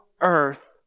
earth